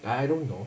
I don't know